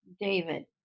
David